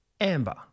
Amber